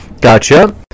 gotcha